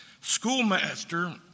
Schoolmaster